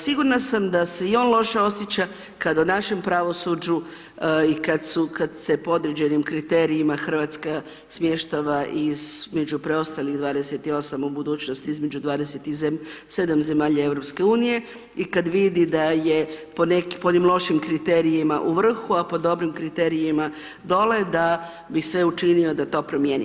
Sigurna sam da se i on loše osjeća kad u našem pravosuđu i kad se po određenim kriterijima RH smještava između preostalih 28, u budućnosti između 27 zemalja EU i kada vidi da je po onim loših kriterijima u vrhu, a po dobrim kriterijima dole, da bi sve učinio da to promijeni.